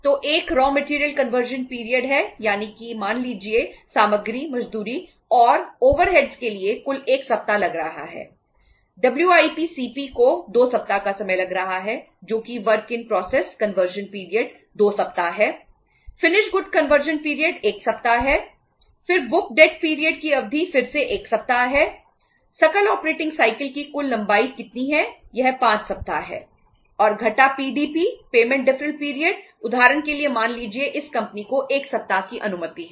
तो एक raw material conversion period उदाहरण के लिए मान लीजिए इस कंपनी को 1 सप्ताह की अनुमति है